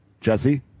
Jesse